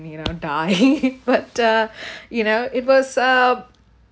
then you know die but uh you know it was a